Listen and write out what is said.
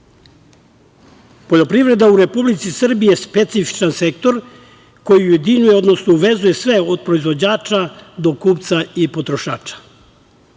zakona. Poljoprivreda u Republici Srbiji je specifičan sektor, koji ujedinjuje odnosno uvezuje sve od proizvođača do kupca i potrošača.